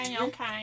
okay